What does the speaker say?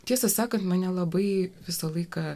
tiesą sakant man nelabai visą laiką